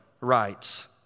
writes